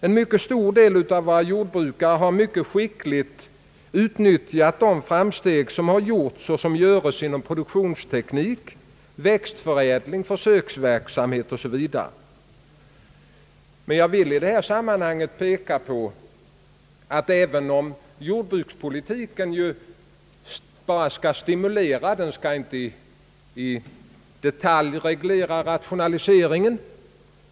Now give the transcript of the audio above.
En mycket stor del av våra jordbrukare har mycket skickligt utnyttjat de framsteg som har gjorts och som görs Jag vill i det här sammanhanget peka på att jordbrukspolitiken ju bara skall stimulera rationaliseringen och inte reglera den i detalj.